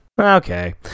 Okay